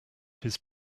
his